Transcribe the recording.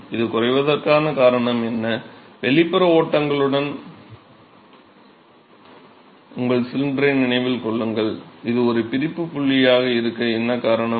இது குறைவதற்கான காரணம் என்ன வெளிப்புற ஓட்டங்களுடன் உங்கள் சிலிண்டரை நினைவில் வைத்துக் கொள்ளுங்கள் இது ஒரு பிரிப்பு புள்ளியாக இருக்க என்ன காரணம்